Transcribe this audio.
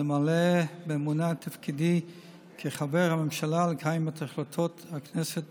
למלא באמונה את תפקידי כחבר הממשלה ולקיים את החלטות הכנסת,